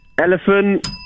elephant